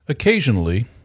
Occasionally